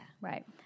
right